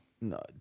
No